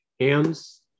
hands